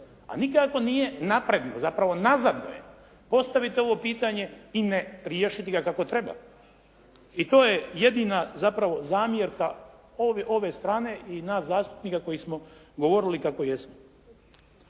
A nikako nije napredno, zapravo nazadno je postaviti ovo pitanje i ne riješiti ga kako treba. I to je jedina zapravo zamjerka ove strane i nas zastupnika koji smo govorili kako jesmo.